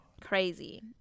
Crazy